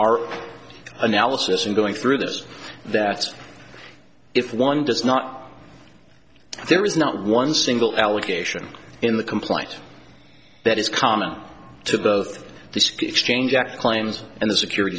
our analysis and going through this that if one does not there is not one single allegation in the complaint that is common to both this exchange act claims and the securit